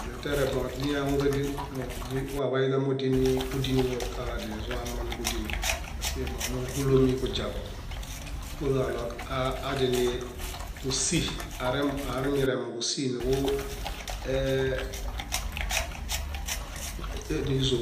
Ínze tiare moźiñahaŋu kádien waḃaya níġudienuwa kaɭo adizuamooġo níġudienum paske momuhulomi kujiaġo, purġaɭo adial kúsi amirẽmo kúsi niġu e nízo,